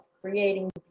creating